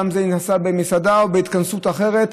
גם אם זה נעשה במסעדה או בהתכנסות אחרת,